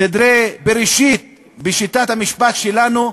סדרי בראשית, בשיטת המשפט שלנו.